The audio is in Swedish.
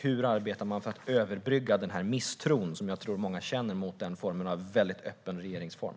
Hur arbetar man för att överbrygga den misstro som jag tror att många känner gentemot en väldigt öppen regeringsform?